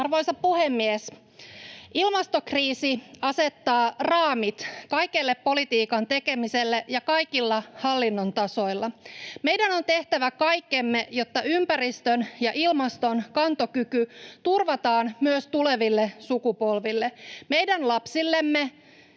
Arvoisa puhemies! Ilmastokriisi asettaa raamit kaikelle politiikan tekemiselle ja kaikilla hallinnon tasoilla. Meidän on tehtävä kaikkemme, jotta ympäristön ja ilmaston kantokyky turvataan myös tuleville sukupolville — meidän lapsillemme,